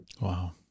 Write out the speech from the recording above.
Wow